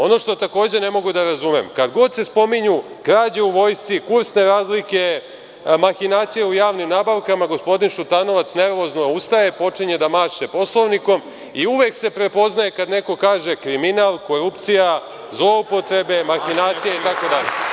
Ono što takođe ne mogu da razumem, kad god se spominju krađe u vojsci, kursne razlike, mahinacije u javnim nabavkama, gospodin Šutanovac nervozno ustaje, počinje da maše Poslovnikom i uvek se prepoznaje kada neko kaže – kriminal, korupcija, zloupotrebe, mahinacije itd.